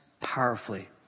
powerfully